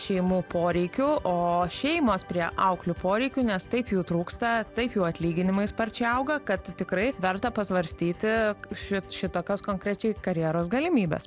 šeimų poreikių o šeimos prie auklių poreikių nes taip jų trūksta taip jų atlyginimai sparčiai auga kad tikrai verta pasvarstyti šit šitokios konkrečiai karjeros galimybes